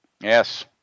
Yes